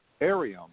Arium